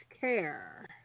care